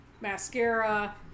mascara